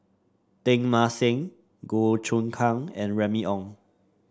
Teng Mah Seng Goh Choon Kang and Remy Ong